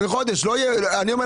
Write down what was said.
אני מקווה